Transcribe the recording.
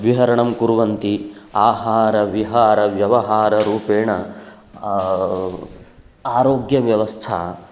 विहरणं कुर्वन्ति आहारविहारव्यवहाराणां रूपेण आरोग्यव्यवस्था